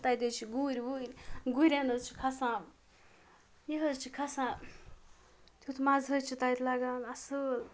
تَتہِ حظ چھِ گُرۍ وُرۍ گُرٮ۪ن حظ چھِ کھَسان یہِ حظ چھِ کھَسان تیُتھ مَزٕ حظ چھِ تَتہِ لَگان اَصۭل